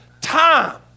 time